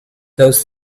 those